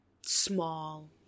small